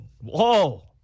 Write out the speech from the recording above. whoa